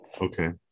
Okay